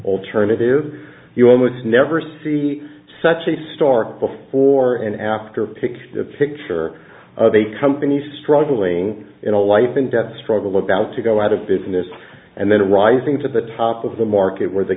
alternative you almost never see such a stark before and after picture the picture of a company struggling in a life and death struggle about to go out of business and then rising to the top of the market where the